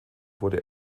wurde